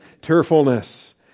tearfulness